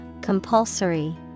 Compulsory